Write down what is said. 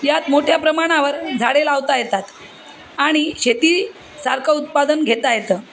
यात मोठ्या प्रमाणावर झाडे लावता येतात आणि शेतीसारखं उत्पादन घेता येतं